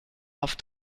auf